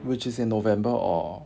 which is in november or